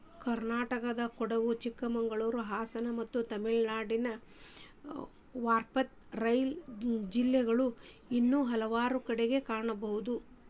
ಕರ್ನಾಟಕದಕೊಡಗು, ಚಿಕ್ಕಮಗಳೂರು, ಹಾಸನ ಮತ್ತು ತಮಿಳುನಾಡಿನ ವಾಲ್ಪಾರೈ ಜಿಲ್ಲೆಗಳು ಇನ್ನೂ ಹಲವಾರು ಕಡೆ ಕಾಣಬಹುದು